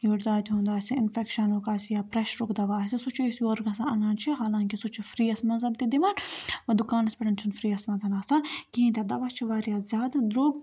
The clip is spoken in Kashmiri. یٔڑ دادِ ہُنٛد آسہِ اِنفیٚکشَنُک آسہِ یا پرٛیٚشرُک دَوا آسہِ سُہ چھِ أسۍ یورٕ گَژھان اَنان چھِ حالانکہِ سُہ چھُ فِرٛی یَس منٛز تِم دِوان وۄنۍ دُکانَس پٮ۪ٹھ چھُنہٕ فِرٛی یَس منٛز آسان کِہیٖنۍ تہِ دوا چھُ واریاہ زیادٕ درٛوٚگ